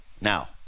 Now